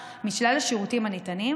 אז גם הנטל על משלם המיסים העירוני יפחת.